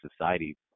society